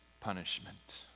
punishment